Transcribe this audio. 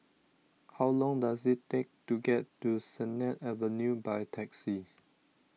how long does it take to get to Sennett Avenue by taxi